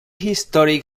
historic